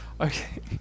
Okay